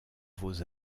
vos